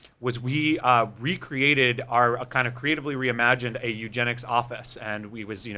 was we recreated our, a kind of creatively reimagined a eugenics office, and we was,